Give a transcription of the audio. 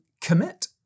commit